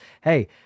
Hey